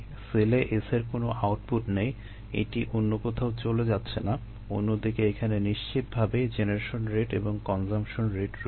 সেলে S এর কোনো আউটপুট নেই এটি অন্য কোথাও চলে যাচ্ছে না অন্যদিকে এখানে নিশ্চিতভাবেই জেনারেশন রেট এবং কনজাম্পশন রেট রয়েছে